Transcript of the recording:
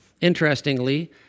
Interestingly